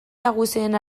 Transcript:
nagusien